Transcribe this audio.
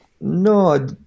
No